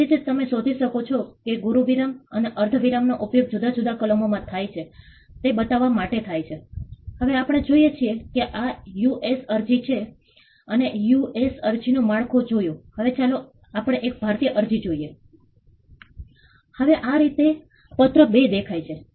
મે મહિના સુધી બરાબર છે પરંતુ જ્યારે જૂન અથવા જુલાઇ સુધી આ પડતું નથી ત્યારે પરિસ્થિતિ દુકાળ જેવી જ હોય છે અને દુષ્કાળ પછી તેઓ ખૂબ જ અનિયમિત વરસાદ કરી શકે છે ઓગસ્ટ અને સપ્ટેમ્બર દરમિયાન ખૂબ સઘન વરસાદ પડે છે